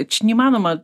čia neįmanoma